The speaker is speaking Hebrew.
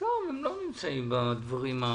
טוב, הם לא נמצאים בדברים הרציניים.